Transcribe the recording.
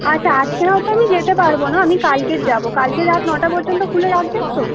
আচ্ছা আজকে হয়তো আমি যেতে পারবো না আমি কালকের যাবো কালকে রাত নটা পর্যন্ত খুলে রাখবেন তো